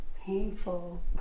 painful